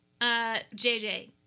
JJ